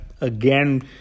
Again